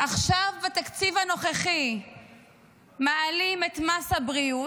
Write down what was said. עכשיו בתקציב הנוכחי מעלים את מס הבריאות,